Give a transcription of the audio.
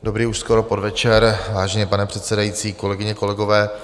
Dobrý už skoro podvečer, vážený pane předsedající, kolegyně, kolegové.